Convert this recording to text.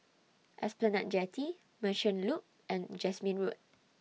Esplanade Jetty Merchant Loop and Jasmine Road